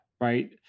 right